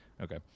Okay